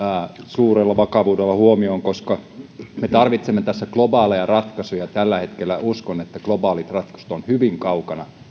suurella vakavuudella huomioon koska me tarvitsemme tässä globaaleja ratkaisuja ja tällä hetkellä uskon että globaalit ratkaisut ovat hyvin kaukana